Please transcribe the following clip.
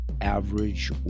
average